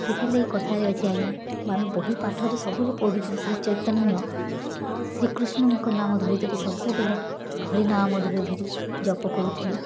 ସେଥିର୍ ଲାଗି କଥାରେ ଅଛି ଆଜ୍ଞା ଆମେ ବହି ପାଠରେ ସବୁରେ ପଢ଼ୁଚେଁ ଶ୍ରୀ ଚୈତନ୍ୟ ଶ୍ରୀକୃଷ୍ଣଙ୍କ ନାମ ଧରି ଧରି ସବୁବେଲେ ହରି ନାମ ଧରି ଧରି ଜପ କରୁଥିଲେ